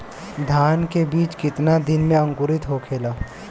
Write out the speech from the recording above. धान के बिज कितना दिन में अंकुरित होखेला?